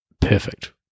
perfect